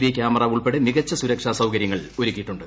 V camera ഉൾപ്പെടെ മികച്ച സുരക്ഷ സൌകര്യങ്ങൾ ഒരുക്കിയിട്ടുണ്ട്